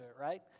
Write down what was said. right